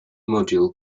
module